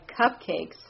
cupcakes